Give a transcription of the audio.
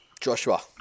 Joshua